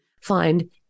find